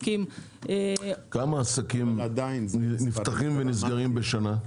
כמה עסקים נפתחים ונסגרים בשנה?